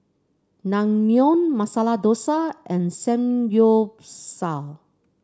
Naengmyeon Masala Dosa and Samgyeopsal